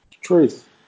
Truth